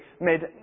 mid